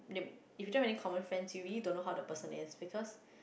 if you don't have any common friends you really don't know how the person is because